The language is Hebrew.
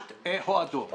באמצעות הועדות.